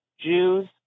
Jews